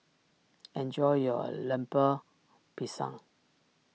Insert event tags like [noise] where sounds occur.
[noise] enjoy your Lemper Pisang